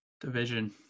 Division